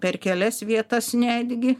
per kelias vietas netgi